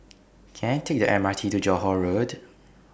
Can I Take The M R T to Johore Road